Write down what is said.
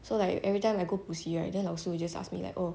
so like every time I go 补习 right then 老师 would ask me like you oh